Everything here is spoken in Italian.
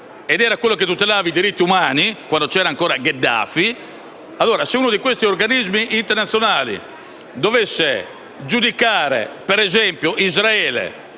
incaricato di tutelare di diritti umani quando c'era ancora Gheddafi. Allora, se uno di tali organismi internazionali dovesse giudicare - ad esempio - Israele